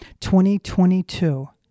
2022